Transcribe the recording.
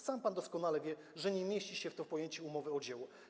Sam pan doskonale wie, że nie mieści się to w zakresie umowy o dzieło.